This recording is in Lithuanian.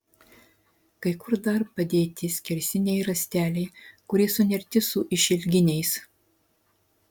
kai kur dar padėti skersiniai rąsteliai kurie sunerti su išilginiais